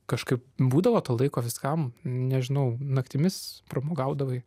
kažkaip būdavo to laiko viskam nežinau naktimis pramogaudavai